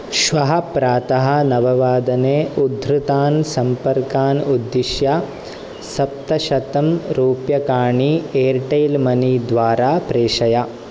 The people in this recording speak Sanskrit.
श्वः प्रातः नववादने उद्धृतान् सम्पर्कान् उद्दिश्य सप्तशतं रूप्यकाणि एर्टैल् मनी द्वारा प्रेषय